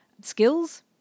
skills